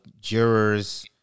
jurors